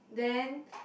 then